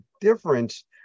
difference